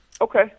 Okay